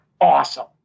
awesome